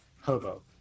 Hobo